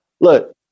look